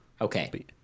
okay